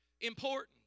important